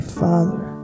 father